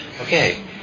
Okay